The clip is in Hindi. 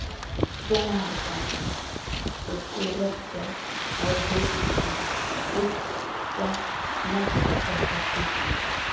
चना होता है उसको रखकर और बेच देती हूँ उस का मैं खर्चा करती हूँ